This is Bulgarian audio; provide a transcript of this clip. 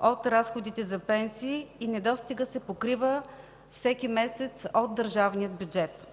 от разходите за пенсии и недостигът се покрива всеки месец от държавния бюджет.